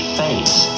face